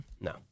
No